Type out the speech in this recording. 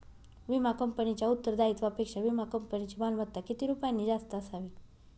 विमा कंपनीच्या उत्तरदायित्वापेक्षा विमा कंपनीची मालमत्ता किती रुपयांनी जास्त असावी?